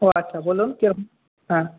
ও আচ্ছা বলুন কে আপনি হ্যাঁ